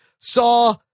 saw